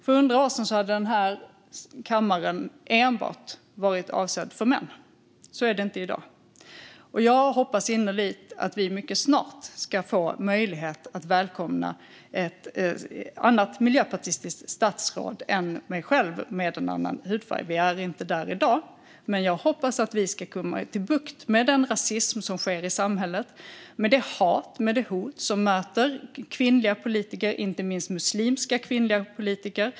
För 100 år sedan hade den här kammaren enbart varit avsedd för män. Så är det inte i dag. Jag hoppas innerligt att vi mycket snart ska få möjlighet att välkomna ett annat miljöpartistiskt statsråd än mig själv och som har annan hudfärg. Vi är inte där i dag. Jag hoppas dock att vi ska få bukt med den rasism som finns i samhället med det hat och de hot som möter kvinnliga politiker och inte minst muslimska kvinnliga politiker.